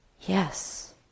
Yes